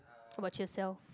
how about yourself